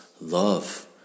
love